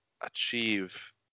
achieve